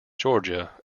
georgia